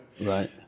right